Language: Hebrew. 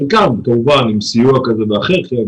חלקן כמובן עם סיוע כזה ואחר.